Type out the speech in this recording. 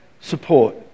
support